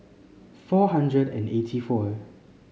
four hundred and eighty four